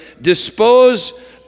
dispose